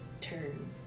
turn